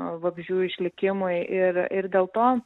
vabzdžių išlikimui ir ir dėl to